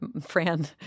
Fran